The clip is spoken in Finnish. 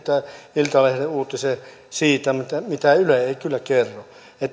iltalehden uutisen siitä mitä mitä yle ei kyllä kerro